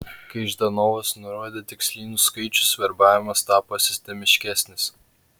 kai ždanovas nurodė tikslinius skaičius verbavimas tapo sistemiškesnis